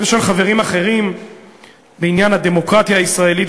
ושל חברים אחרים בעניין הדמוקרטיה הישראלית,